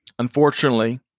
Unfortunately